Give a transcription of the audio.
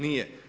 Nije.